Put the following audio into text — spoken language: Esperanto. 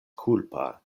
kulpa